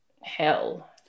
hell